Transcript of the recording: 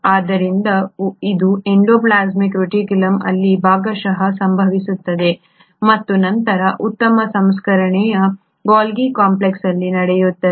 ಆದ್ದರಿಂದ ಇದು endoplasmic reticulum ಅಲ್ಲಿ ಭಾಗಶಃ ಸಂಭವಿಸುತ್ತದೆ ಮತ್ತು ನಂತರ ಉತ್ತಮ ಸಂಸ್ಕರಣೆಯು ಗಾಲ್ಗಿ ಕಾಂಪ್ಲೆಕ್ಸ್ ಅಲ್ಲಿ ನಡೆಯುತ್ತದೆ